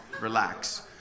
Relax